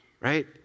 Right